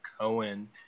Cohen